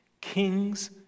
Kings